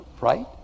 right